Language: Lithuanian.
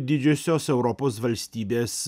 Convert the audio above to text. didžiosios europos valstybės